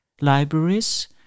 libraries